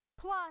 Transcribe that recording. Plus